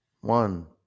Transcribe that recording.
One